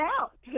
out